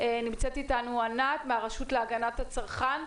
נמצאת אתנו ענת מהרשות להגנת הצרכן.